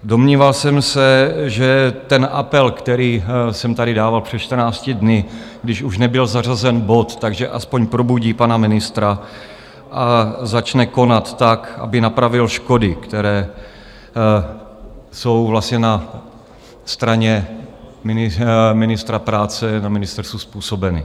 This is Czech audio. Domníval jsem se, že apel, který jsem tady dával před čtrnácti dny, když už nebyl zařazen bod, tak že aspoň probudí pana ministra a začne konat tak, aby napravil škody, které jsou na straně ministra práce na ministerstvu způsobeny.